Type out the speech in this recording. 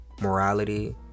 morality